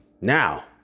Now